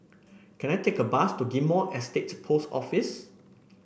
can I take a bus to Ghim Moh Estate Post Office